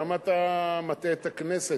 למה אתה מטעה את הכנסת?